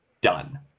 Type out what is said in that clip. done